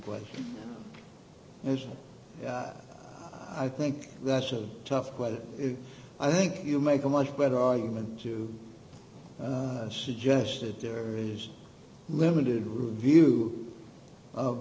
but i think that's a tough question i think you make a much better argument to suggest that there is limited review